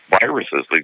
Viruses